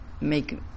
make